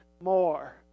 more